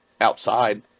outside